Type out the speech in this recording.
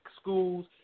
schools